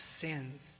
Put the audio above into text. sins